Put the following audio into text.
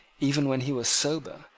even when he was sober,